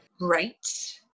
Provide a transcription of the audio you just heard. Right